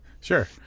sure